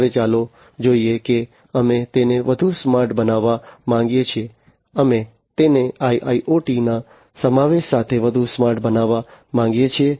હવે ચાલો જોઈએ કે અમે તેને વધુ સ્માર્ટ બનાવવા માંગીએ છીએ અમે તેને IIoT ના સમાવેશ સાથે વધુ સ્માર્ટ બનાવવા માંગીએ છીએ